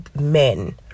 men